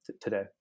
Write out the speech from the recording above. today